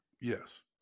Yes